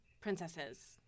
princesses